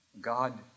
God